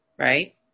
Right